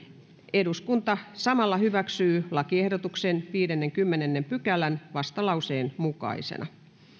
eduskunta samalla hyväksyy lakiehdotuksen viidennenkymmenennen pykälän vastalauseen mukaisena